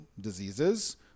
diseases